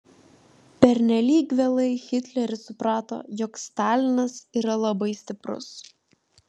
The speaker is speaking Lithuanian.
pernelyg vėlai hitleris suprato jog stalinas yra labai stiprus